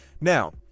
now